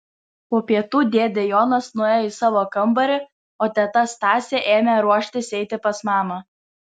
po pietų dėdė jonas nuėjo į savo kambarį o teta stasė ėmė ruoštis eiti pas mamą